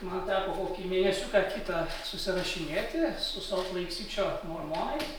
man teko kokį mėnesiuką kitą susirašinėti su solt leik sičio mormonais